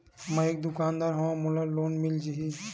मै एक दुकानदार हवय मोला लोन मिल जाही?